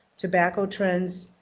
tobacco trends,